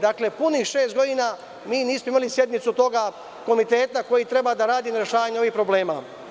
Dakle, punih šest godina mi nismo imali sednicu tog komiteta koji treba da radi na rešavanju ovih problema.